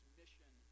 mission